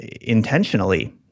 intentionally